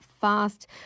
fast